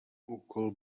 úkol